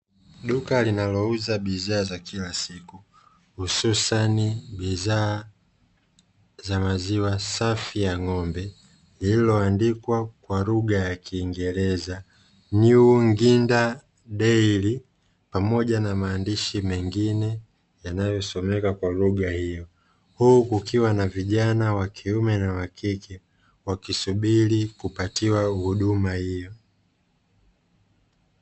Duka linalouza bidhaa za kila siku hususani bidhaa za maziwa safi ya ng'ombe, lililoandikwa kwa lugha ya kingereza "New Nginda Dairy" pamoja na maandishi mengine yanayosomeka kwa lugha hiyo. Huku kukiwa na vijana wa kiume na wa kike, wakisubiri kupatiwa huduma hiyo.